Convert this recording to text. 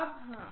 अब हाँ